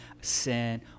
sin